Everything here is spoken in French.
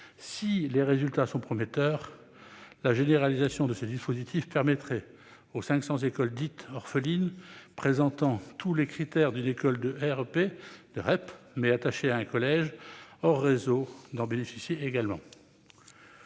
Si ses résultats se révèlent prometteurs, sa généralisation permettra aux 500 écoles dites « orphelines », présentant tous les critères d'une école de REP, mais rattachées à un collège hors réseau, d'en bénéficier également.